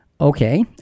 Okay